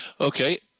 okay